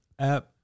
app